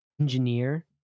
engineer